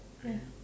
ya